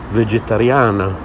vegetariana